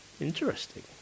Interesting